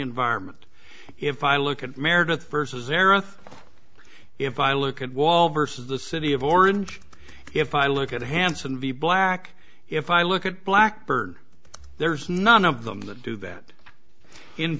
environment if i look at meredith versus their oath if i look at wall versus the city of orange if i look at hanson v black if i look at blackbird there's none of them that do that in